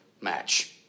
match